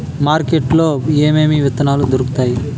market లో ఏమేమి విత్తనాలు దొరుకుతాయి